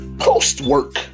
post-work